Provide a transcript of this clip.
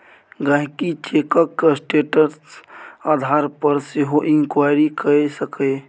गांहिकी चैकक स्टेटस आधार पर सेहो इंक्वायरी कए सकैए